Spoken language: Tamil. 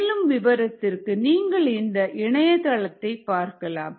மேலும் விவரத்திற்கு நீங்கள் இந்த இணையதளத்தை பார்க்கலாம்